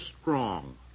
strong